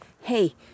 hey